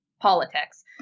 politics